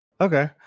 Okay